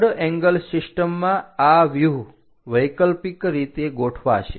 third angle સિસ્ટમમાં આ વ્યુહ વૈકલ્પિક રીતે ગોઠવાશે